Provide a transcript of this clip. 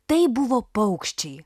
tai buvo paukščiai